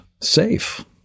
safe